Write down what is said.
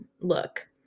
look